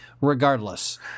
Regardless